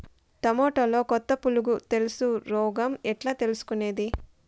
టమోటాలో కొత్త పులుగు తెలుసు రోగం ఎట్లా తెలుసుకునేది?